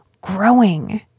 growing